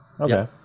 Okay